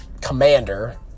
commander